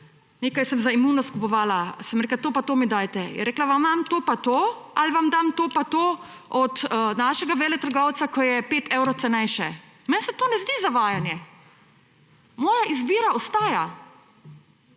nekaj sem za imunost kupovala, sem rekla to in to mi dajte, je rekla, vam dam to pa to ali vam dam to pa to od našega veletrgovca, ki je 5 evrov cenejše. Meni se to ne zdi zavajanje. Moja izbira ostaja.